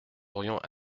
aurions